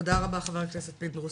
תודה רבה, חבר הכנסת פינדרוס.